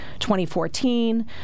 2014